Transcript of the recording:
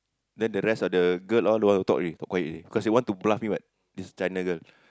then the rest of the girl all don't want to talk already talk quiet already cause they want to bluff me what this China girl